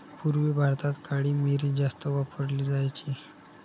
पूर्वी भारतात काळी मिरी जास्त वापरली जायची